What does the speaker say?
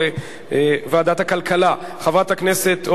לדיון מוקדם בוועדת הכלכלה נתקבלה.